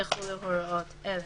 יחולו הוראות אלה: